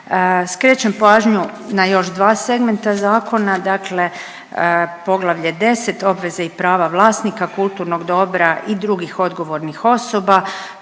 Skrećem pažnju na još dva segmenta zakona, dakle poglavlje 10, obveze i prava vlasnika kulturnog dobra i drugih odgovornih osoba,